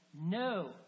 no